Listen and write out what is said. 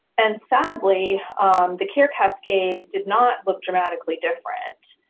and sadly the care cascade did not look dramatically different.